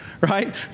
right